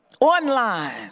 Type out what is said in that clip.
online